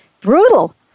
brutal